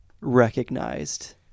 recognized